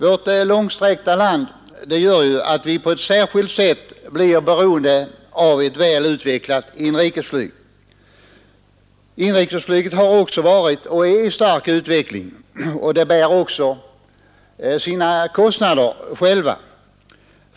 Det förhållandet att vårt land är långsträckt gör att vi på ett särskilt sätt blir beroende av ett väl utvecklat inrikesflyg. Inrikesflyget har också varit, och är, i stark utveckling, och det bär självt sina kostnader.